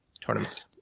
tournament